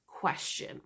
question